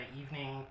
evening